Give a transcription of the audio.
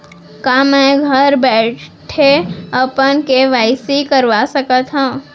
का मैं घर बइठे अपन के.वाई.सी करवा सकत हव?